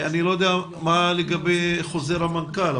אני לא יודע מה לגבי חוזר המנכ"ל,